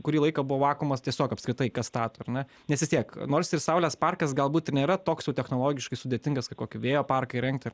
kurį laiką buvo vakuumas tiesiog apskritai kas stato ar ne nes istiek nors ir saulės parkas galbūt ir nėra toks jau technologiškai sudėtingas kai kokį vėjo parką įrengti